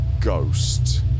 Ghost